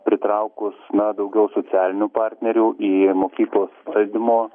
pritraukus na daugiau socialinių partnerių į mokyklos valdymo